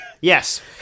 yes